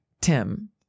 Tim